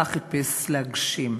ואותה חיפש להגשים.